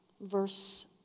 verse